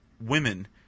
women